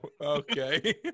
Okay